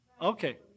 Okay